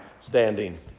standing